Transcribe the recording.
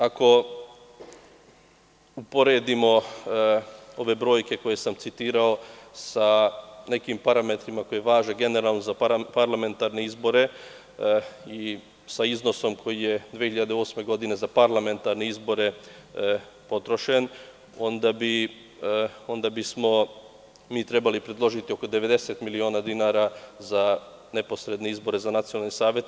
Ako uporedimo ove brojke koje sam citirao sa nekim parametrima koji važe generalno za parlamentarne izbore i sa iznosom koji je 2008. godine za parlamentarne izbore potrošen, onda bismo mi trebali predložiti oko 90 miliona dinara za neposredne izbore za nacionalne savete.